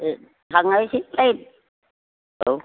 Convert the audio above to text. ओ थांनायसै औ